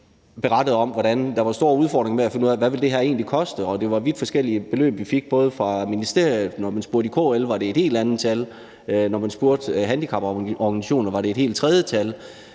berettede om, hvordan der var store udfordringer med at finde ud af, hvad det her egentlig ville koste. Og det var vidt forskellige beløb, vi fik. Fra ministeriet var det ét tal, når man spurgte KL, var det et helt andet tal, og når man spurgte handicaporganisationer, var det et helt tredje tal.